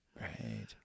Right